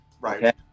right